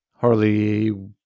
Harley